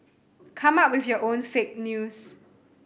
come up with your own fake news